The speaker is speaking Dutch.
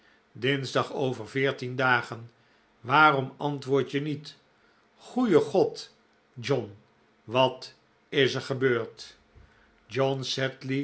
dinsdag over veertien dagen waarom antwoord je niet goeie god john wat is er gebeurd john